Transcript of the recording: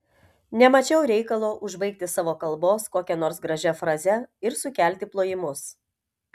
nemačiau reikalo užbaigti savo kalbos kokia nors gražia fraze ir sukelti plojimus